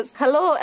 hello